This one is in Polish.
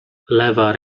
lewa